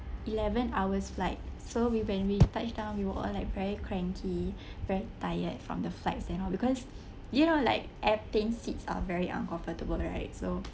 eleven hours' flight so we when we touched down we were all like very cranky very tired from the flights and all because you know like airplane seats are very uncomfortable right so